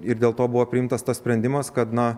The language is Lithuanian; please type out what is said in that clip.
ir dėl to buvo priimtas tas sprendimas kad na